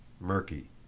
murky